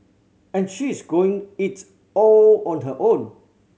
and she is going it all on her own